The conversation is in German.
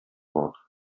wort